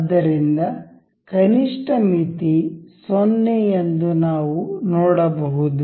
ಆದ್ದರಿಂದ ಕನಿಷ್ಠ ಮಿತಿ 0 ಎಂದು ನಾವು ನೋಡಬಹುದು